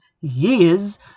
years